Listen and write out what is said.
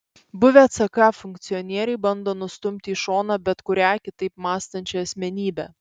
buvę ck funkcionieriai bando nustumti į šoną bet kurią kitaip mąstančią asmenybę